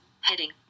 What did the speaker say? Heading